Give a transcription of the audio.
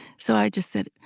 so i just said,